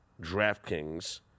DraftKings